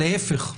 ההפך,